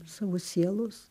savo sielos